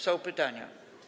Są pytania.